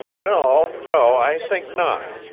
no, no, i think not.